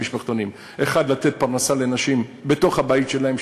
למשפחתונים: 1. לתת פרנסה לנשים בתוך הבית שלהן,